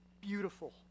beautiful